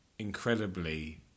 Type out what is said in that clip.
incredibly